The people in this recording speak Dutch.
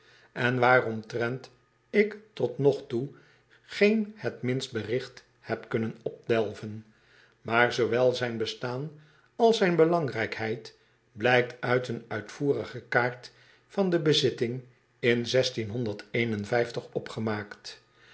en waaromtrent ik tot nog toe geen het minst berigt heb kunnen opdelven aar zoowel zijn bestaan als zijn belangrijkheid blijkt uit een uitvoerige kaart van de bezitting in opgemaakt